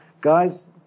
guys